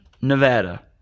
Nevada